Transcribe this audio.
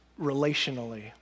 relationally